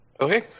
Okay